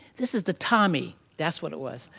this is the tommy, that's what it was.